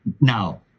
now